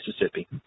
Mississippi